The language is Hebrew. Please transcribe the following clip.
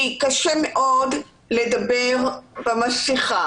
כי קשה מאוד לדבר במסכה.